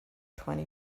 twenty